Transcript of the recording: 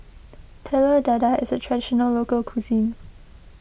Telur Dadah is a Traditional Local Cuisine